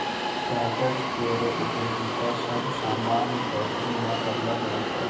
कागज केरो उपयोगिता सब सामान पैकिंग म करलो जाय छै